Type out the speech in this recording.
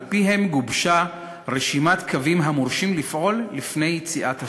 ועל-פיהם גובשה רשימת קווים המורשים לפעול לפני יציאת השבת.